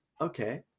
okay